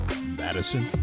Madison